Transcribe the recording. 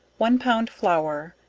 one pound flour,